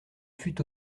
fût